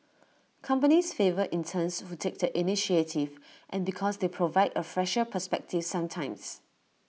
companies favour interns who take the initiative and because they provide A fresher perspective sometimes